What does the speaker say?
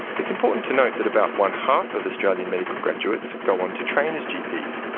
it's important to note that about one-half of australian medical graduates go on to train as gps,